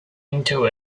into